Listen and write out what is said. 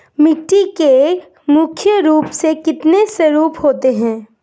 मिट्टी के मुख्य रूप से कितने स्वरूप होते हैं?